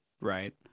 right